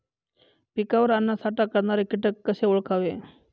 पिकावर अन्नसाठा करणारे किटक कसे ओळखावे?